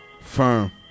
Firm